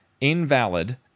invalid